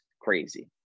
crazy